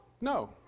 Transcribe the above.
no